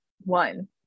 One